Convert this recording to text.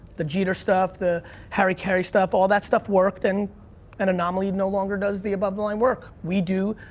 the jeter stuff. the harry caray stuff. all that stuff worked and an anomaly no longer does the above the line work. we do,